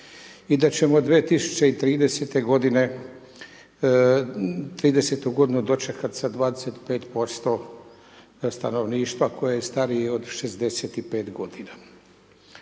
i da ćemo 2030. g. '30. g dočekati sa 25% stanovništva, koje je starije od 65 g.